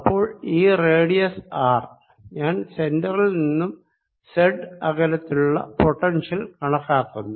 അപ്പോൾ ഈ radius R ഞാൻ സെന്റെറിൽ നിന്നും z അകലത്തിലുള്ള പൊട്ടൻഷ്യൽ കണക്കാക്കുന്നു